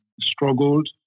struggled